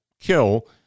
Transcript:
kill